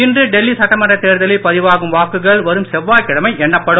இன்று டெல்லி சட்டமன்றத் தேர்தலில் பதிவான வாக்குகள் வரும் செவ்வாய்கிழமை எண்ணப்படும்